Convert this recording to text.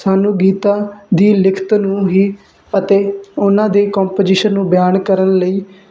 ਸਾਨੂੰ ਗੀਤਾਂ ਦੀ ਲਿਖਤ ਨੂੰ ਹੀ ਅਤੇ ਉਹਨਾਂ ਦੇ ਕੰਪੋਜੀਸ਼ਨ ਨੂੰ ਬਿਆਨ ਕਰਨ ਲਈ